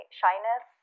shyness